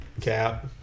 Cap